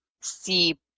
see